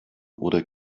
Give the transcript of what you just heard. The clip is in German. oder